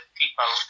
people